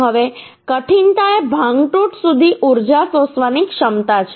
હવે કઠિનતા એ ભાંગતૂટ સુધી ઊર્જા શોષવાની ક્ષમતા છે